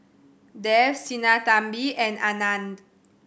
Dev Sinnathamby and Anand